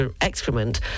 excrement